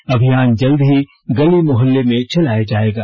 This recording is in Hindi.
यह अभियान जल्द ही गली मोहल्ले में चलाया जाएगा